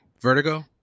Vertigo